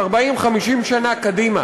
אלא ל-20, 30, 40, 50 שנה קדימה.